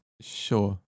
Sure